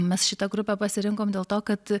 mes šitą grupę pasirinkom dėl to kad